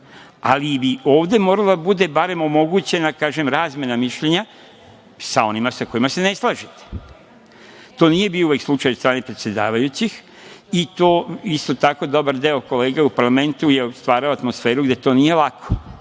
ali bi i ovde morala da bude omogućena razmena mišljenja sa onima sa kojima se ne slažete. To nije uvek bio slučaj od strane predsedavajućih. Isto tako dobar deo kolega u parlamentu je stvarao atmosferu gde to nije lako,